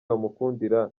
bamukundira